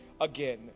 again